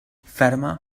fatima